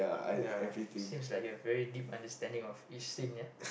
ya seems like you have very deep understanding of each scene ya